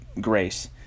grace